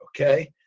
okay